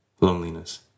Loneliness